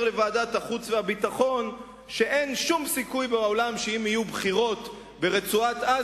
לוועדת החוץ והביטחון שאין שום סיכוי בעולם שאם יהיו בחירות ברצועת-עזה,